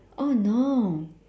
oh no